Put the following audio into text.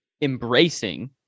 embracing